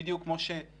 בדיוק כמו שהורים,